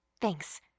Thanks